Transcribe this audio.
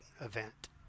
event